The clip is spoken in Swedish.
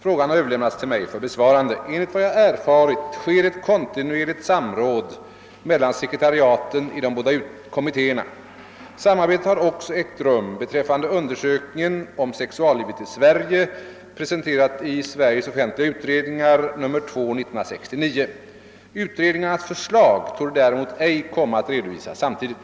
Frågan har överlämnats till mig för besvarande. Enligt vad jag erfarit sker ett kontinuerligt samråd mellan sekretariaten i de båda kommittéerna. Samarbete har också ägt rum beträffande undersökningen »Om sexuallivet i Sverige» . Utredningarnas förslag torde däremot ej komma att redovisas samtidigt.